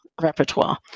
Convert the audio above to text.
repertoire